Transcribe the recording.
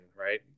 right